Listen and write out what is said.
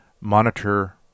monitor